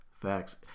Facts